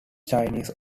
chinese